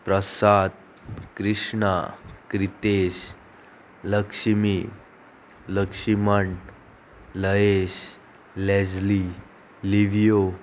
प्रसाद क्रिष्णा क्रितेश लक्ष्मी लक्ष्मण लयश Leslie Livio